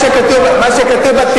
מה שכתוב בתהילים.